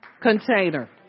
container